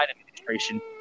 administration